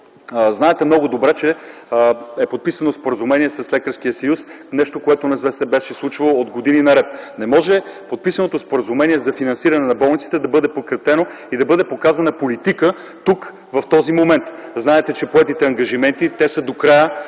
знаете много добре, че е подписано споразумение с Лекарския съюз – нещо, което не се беше случвало години наред. Не може подписаното споразумение за финансиране на болниците да бъде прекратено и да бъде показана политика тук, в този момент. (Реплика от народния представител Мая